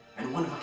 and one of